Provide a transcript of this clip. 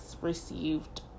received